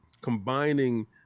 combining